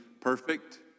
perfect